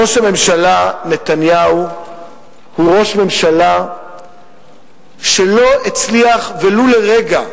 ראש הממשלה נתניהו הוא ראש ממשלה שלא הצליח ולו לרגע,